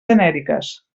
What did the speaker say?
genèriques